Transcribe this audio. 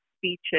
speeches